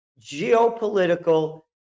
geopolitical